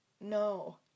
No